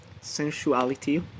sensuality